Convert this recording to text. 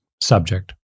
subject